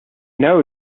know